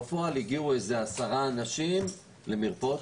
בפועל הגיעו כ-10 אנשים למרפאות.